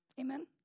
Amen